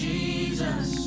Jesus